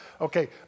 Okay